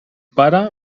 pare